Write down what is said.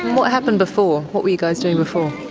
what happened before? what were you guys doing before?